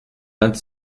vingt